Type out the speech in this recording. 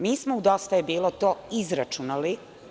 Mi smo u „Dosta je bilo“ to izračunali.